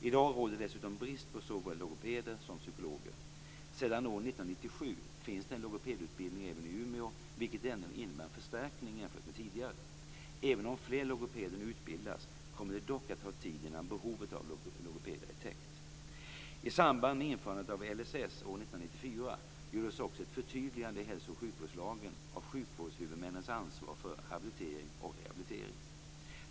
I dag råder det dessutom brist på såväl logopeder som psykologer. Sedan år 1997 finns det en logopedutbildning även i Umeå, vilket innebär en förstärkning jämfört med tidigare. Även om fler logopeder nu utbildas kommer det dock att ta tid innan behovet av logopeder är täckt. I samband med införandet av LSS år 1994 gjordes också ett förtydligande i hälso och sjukvårdslagen av sjukvårdshuvudmännens ansvar för habilitering och rehabilitering.